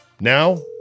Now